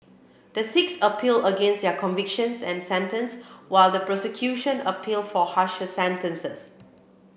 the six appeal against their convictions and sentence while the prosecution appeal for harsher sentences